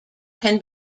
can